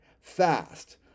fast